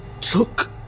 took